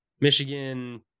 Michigan